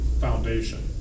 foundation